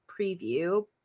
preview